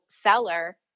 seller